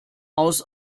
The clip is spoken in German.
aus